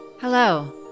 Hello